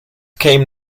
came